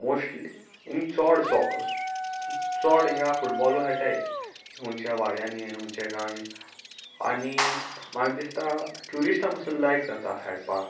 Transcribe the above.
mostly हिंग चडो चड हिंगा फुटबॉलूय खेळटाय हुंच्या वाड्यांनीनी हुंचे गांवांनी आनी म्हाका दिसता ट्युरिस्टां पासून लायक जाता हाडपा